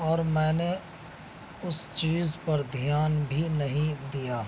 اور میں نے اس چیز پر دھیان بھی نہیں دیا